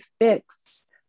fix